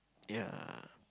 ya